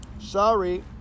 Sorry